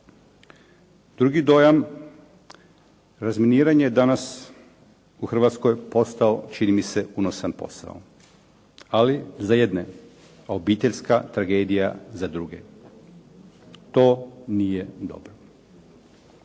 Drugi dojam, razminiranje danas u hrvatskoj postao čini mi se unosan posao, ali za jedne, a obiteljska tragedija za druge. To nije dobro.